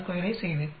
62 ஐ செய்வேன்